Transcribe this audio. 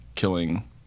killing